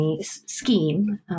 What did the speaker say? scheme